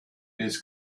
his